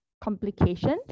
complications